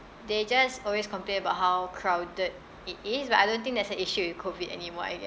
they just always complain about how crowded it is but I don't think that's an issue with COVID anymore I guess